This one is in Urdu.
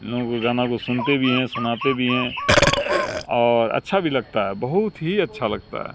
ان لوگوں کو گانا کو سنتے بھی ہیں سناتے بھی ہیں اور اچھا بھی لگتا ہے بہت ہی اچھا لگتا ہے